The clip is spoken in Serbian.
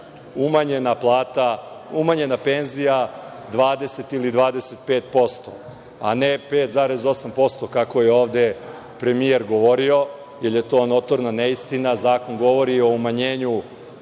umanjena penzija 20 ili 25%, a ne 5,8% kako je ovde premijer govorio, jer je to notorna neistina. Zakon govori o umanjenju